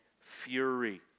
fury